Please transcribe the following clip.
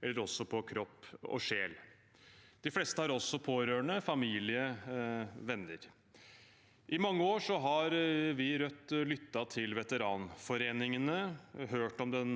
eller på både kropp og sjel. De fleste har også pårørende, familie og venner. I mange år har vi i Rødt lyttet til veteranforeningene, hørt om den